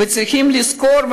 וצריכים לזכור,